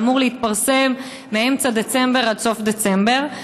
שאמור להתפרסם מאמצע דצמבר עד סוף דצמבר.